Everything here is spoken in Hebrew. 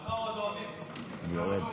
יורד.